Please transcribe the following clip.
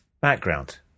Background